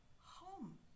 home